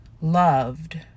loved